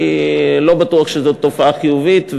לא בטוח שזאת תופעה חיובית,